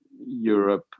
europe